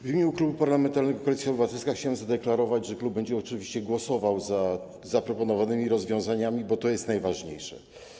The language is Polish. W imieniu Klubu Parlamentarnego Koalicja Obywatelska chciałbym zadeklarować, że klub będzie oczywiście głosował za zaproponowanymi rozwiązaniami, bo to jest najważniejsze.